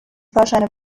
fahrscheine